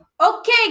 Okay